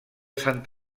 sant